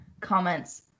comments